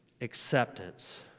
Acceptance